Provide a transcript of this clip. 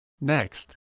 Next